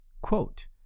quote